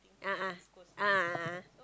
a'ah a'ah a'ah a'ah